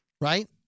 Right